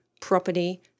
property